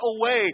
away